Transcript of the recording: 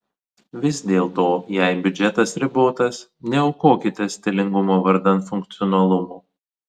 vis dėlto jei biudžetas ribotas neaukokite stilingumo vardan funkcionalumo